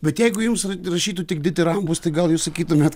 bet jeigu jums rašytų tik ditirambus tai gal jūs sakytumėt